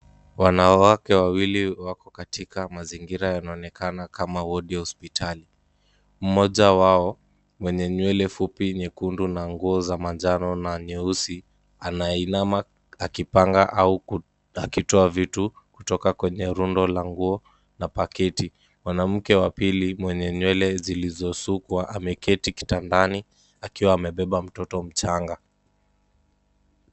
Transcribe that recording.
Wanawake wawili wako katika mazingira yanaonekana kama wodi ya hospitali. Mmoja wao mwenye nywele fupi nyekundu na nguo za manjano na nyeusi anainama akipanga au akitoa vitu kutoka kwenye rundo la nguo na pakiti. Mwanamke wa pili mwenye nywele zilizosukwa ameketi kitandani akiwa amebeba mtoto mchanga.